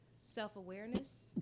self-awareness